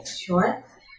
sure